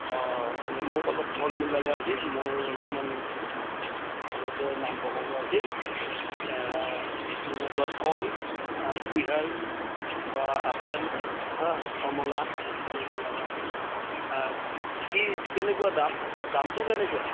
অ মোক অলপ ফলমূল লগা হৈছিল মোৰ অলপমান ঘৰতে নাম প্ৰসংগ আছিল যেনেকুৱা কল কুহিয়াৰ বা আপেল হা কমলা তেনেকুৱা লগা হৈছিল আৰ কি কেনেকুৱা দাম দামটো কেনেকুৱা